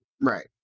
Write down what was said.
Right